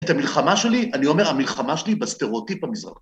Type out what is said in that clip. ‫את המלחמה שלי, אני אומר, ‫המלחמה שלי בסטריאוטיפ המזרח.